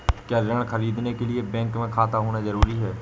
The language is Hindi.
क्या ऋण ख़रीदने के लिए बैंक में खाता होना जरूरी है?